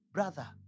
Brother